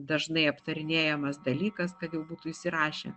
dažnai aptarinėjamas dalykas kad jau būtų įsirašę